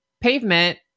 pavement